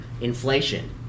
inflation